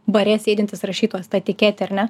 bare sėdintis rašytojas ta etiketė ar ne